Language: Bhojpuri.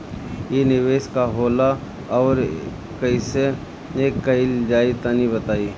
इ निवेस का होला अउर कइसे कइल जाई तनि बताईं?